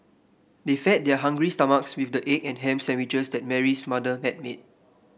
they fed their hungry stomachs with the egg and ham sandwiches that Mary's mother had made